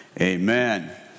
amen